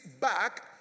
back